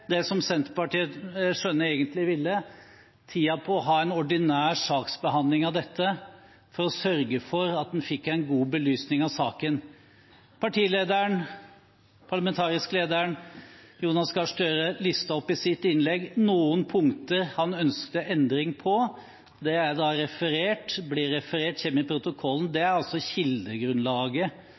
for å sørge for at en fikk en god belysning av saken? Partileder og parlamentarisk leder Jonas Gahr Støre listet i sitt innlegg opp noen punkter han ønsker endring på. Det er blitt referert og kommer i protokollen, og det er altså kildegrunnlaget